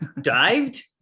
dived